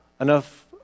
enough